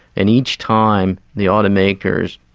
and each time the auto makers,